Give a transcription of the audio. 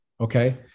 Okay